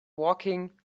walking